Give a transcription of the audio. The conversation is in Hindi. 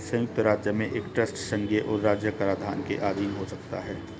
संयुक्त राज्य में एक ट्रस्ट संघीय और राज्य कराधान के अधीन हो सकता है